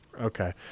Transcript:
okay